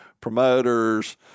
promoters